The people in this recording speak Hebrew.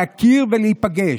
להכיר ולהיפגש.